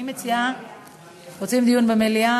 אני מציעה, למליאה.